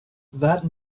that